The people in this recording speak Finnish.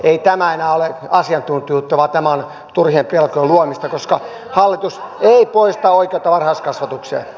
ei tämä enää ole asiantuntijuutta vaan tämä turhien pelkojen luomista koska hallitus ei poista oikeutta varhaiskasvatukseen